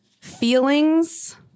feelings